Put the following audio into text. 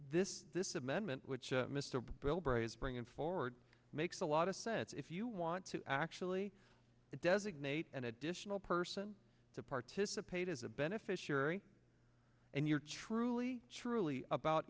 this this amendment which mr bilbray is bringing forward makes a lot of sense if you want to actually designate an additional person to participate as a beneficiary and you're truly truly about